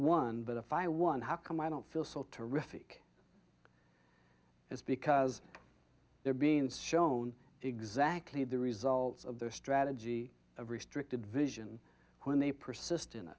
won but if i won how come i don't feel so terrific is because they're being shown exactly the results of their strategy of restricted vision when they persist